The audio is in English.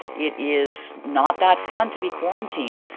it is not that fun to be quarantined.